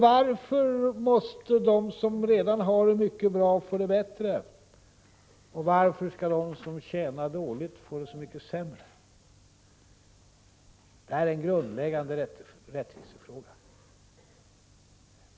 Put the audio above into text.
Varför måste de som redan har det mycket bra få det bättre, och varför skall de som tjänar dåligt få det så mycket sämre? Detta är en grundläggande rättvisefråga.